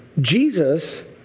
Jesus